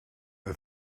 the